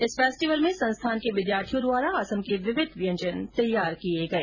इस फेस्टिवल में संस्थान के विद्याथियों द्वारा असम के विविध व्यंजन तैयार किये गए